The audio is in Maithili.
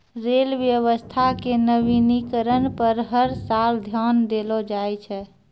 रेल व्यवस्था के नवीनीकरण पर हर साल ध्यान देलो जाय छै